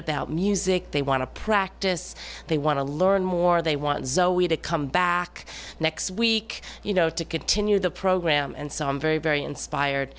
about music they want to practice they want to learn more they want zoe to come back next week you know to continue the program and so i'm very very inspired